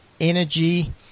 energy